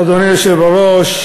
אדוני היושב בראש,